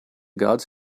gods